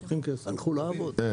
אין.